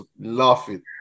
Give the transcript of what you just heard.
laughing